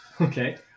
Okay